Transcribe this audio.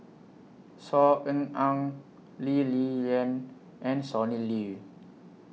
Saw Ean Ang Lee Li Lian and Sonny Liew